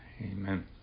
Amen